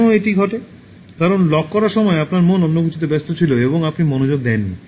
কেন এটি ঘটে কারণ লক করার সময় আপনার মন অন্য কিছুতে ব্যস্ত ছিল এবং আপনি মনোযোগ দেননি